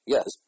Yes